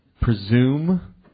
presume